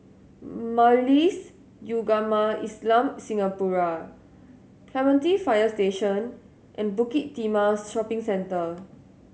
Majlis Ugama Islam Singapura Clementi Fire Station and Bukit Timah Shopping Centre